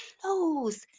clothes